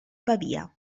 pavia